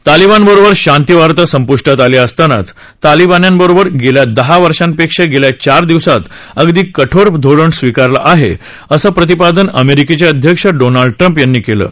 तालिबान बरोबर शांती वार्ता संपृष्ठात आली असतानाच तालिबान्यां बरोबर गेल्या दहा वर्षा पेक्षा गेल्या चार दिवसांत अगदी कठोर धोरण स्वीकारलं आहे असं प्रतिपादन अमेरिकेचे अध्यक्ष डोनाल्ड ट्रम्प यांनी केलं आहे